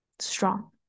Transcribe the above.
strong